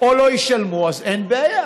או לא ישלמו, אין בעיה.